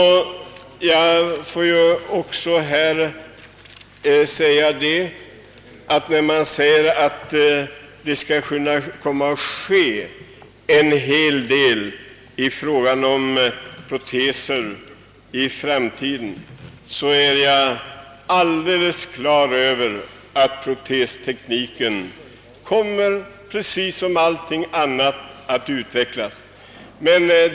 När man här framhåller att det beträffande proteser i framtiden kommer att ske en hel del, vill jag säga att jag har alldeles klart för mig att protestekniken precis som allting annat kommer att utvecklas.